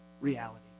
reality